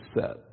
set